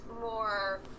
more